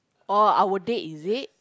orh our date is it